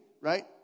right